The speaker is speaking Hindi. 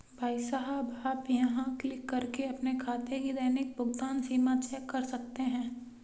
भाई साहब आप यहाँ क्लिक करके अपने खाते की दैनिक भुगतान सीमा चेक कर सकते हैं